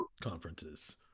conferences